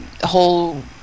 whole